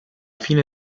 fine